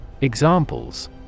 Examples